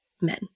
men